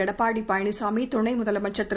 எடப்பாடி பழனிசாமி துணை முதலமைச்சர் திரு